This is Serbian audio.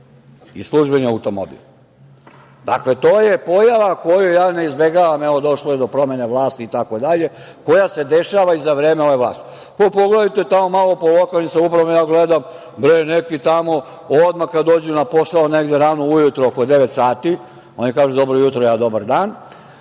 i službeni automobil. Dakle, to je pojava koju ja ne izbegavam, evo došlo je do promene vlasti itd, koja se dešava i za vreme ove vlasti. Pogledajte tamo malo po lokalnim samoupravama, ja gledam, neki tamo odmah kad dođu na posao negde rano ujutru oko devet sati, oni kažu dobro jutro a ja dobar dan,